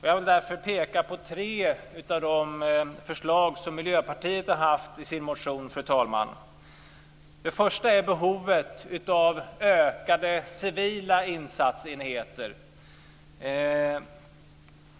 Jag vill därför peka på tre av de förslag som Miljöpartiet har haft i sin motion, fru talman. Det första är behovet av fler civila insatsenheter.